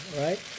right